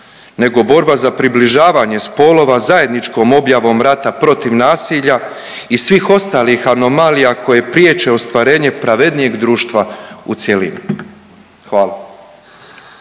nego borba za približavanje spolova zajedničkom objavom rata protiv nasilja i svih ostalih anomalija koje priječe ostvarenje pravednijeg društva u cjelini. Hvala.